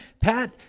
Pat